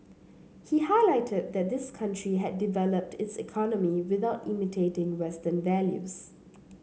he highlighted that his country had developed its economy without imitating Western values